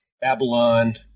Babylon